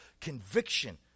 conviction